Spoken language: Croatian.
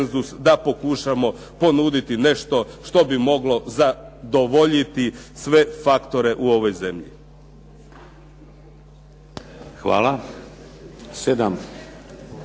da pokušamo ponuditi nešto što bi moglo zadovoljiti sve faktore u ovoj zemlji.